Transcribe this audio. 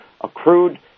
accrued –